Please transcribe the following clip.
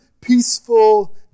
peaceful